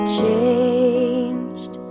changed